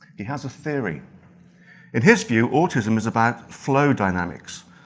he has a theory in his view autism is about flow dynamics.